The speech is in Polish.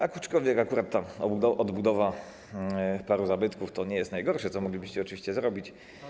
Aczkolwiek akurat odbudowa paru zabytków to nie jest najgorsze, co moglibyście oczywiście zrobić.